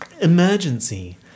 emergency